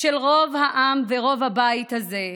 של רוב העם ורוב הבית הזה: